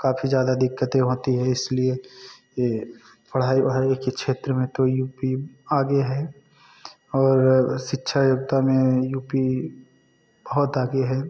काफ़ी ज़्यादा दिक्कतें होती हैं इसलिए यह पढ़ाई ओढ़ाई की क्षेत्र में तो यू पी आगे है और शिक्षा योग्यता में यू पी बहुत आगे है